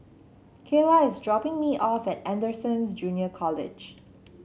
Kaela is dropping me off at Anderson's Junior College